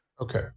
okay